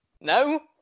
No